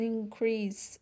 increase